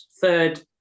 third